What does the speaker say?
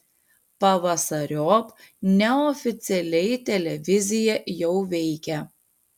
pavasariop neoficialiai televizija jau veikia